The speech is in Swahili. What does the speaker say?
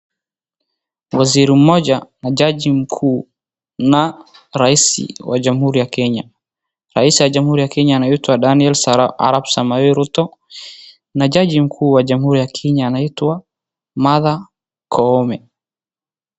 Waziri mmoja na jaji mkuu na raisi wa jamhuri ya Kenya. Raisi wa jamhuri ya Kenya anaitwa Daniel Arap Samoei Ruto na jaji mkuu wa jamhuri ya Kenya anaitwa Martha Koome.